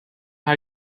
how